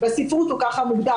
בספרות ככה הוא מוגדר.